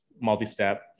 multi-step